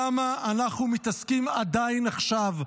למה אנחנו מתעסקים עדיין עכשיו,